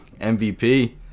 MVP